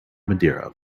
madeira